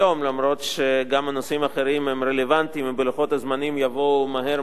אף שגם הנושאים האחרים רלוונטיים ובלוחות הזמנים יבואו מהר מאוד,